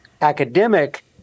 academic